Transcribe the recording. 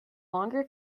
longer